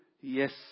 yes